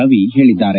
ರವಿ ಹೇಳಿದ್ದಾರೆ